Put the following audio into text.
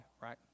right